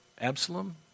Absalom